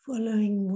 Following